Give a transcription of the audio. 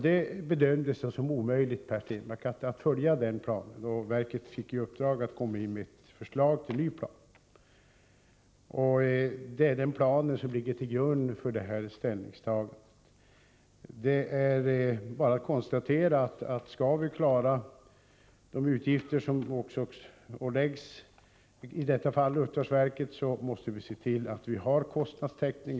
Det bedömdes då, Per Stenmarck, som omöjligt att följa denna plan, och verket fick i uppdrag att komma in med förslag till en ny plan. Det är denna nya plan som ligger till grund för det nu aktuella ställningstagandet. Det är bara att konstatera att om vi skall klara de utgifter som i detta fall åläggs luftfartsverket måste vi se till att vi har kostnadstäckning.